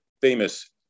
famous